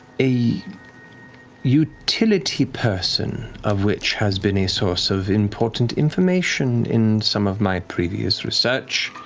a utility person of which has been a source of important information in some of my previous research.